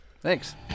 Thanks